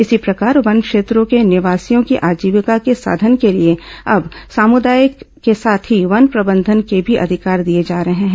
इसी प्रकार वन क्षेत्रों के निवासियों की आजीविका के साधन के लिए अब सामूदायिक के साथ ही वन प्रबंधन के भी अधिकार दिए जा रहे हैं